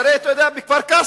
הרי אתה יודע מה היה בכפר-קאסם,